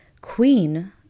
Queen